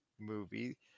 movie